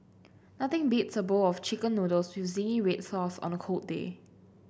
nothing beats a bowl of chicken noodles with zingy red sauce on a cold day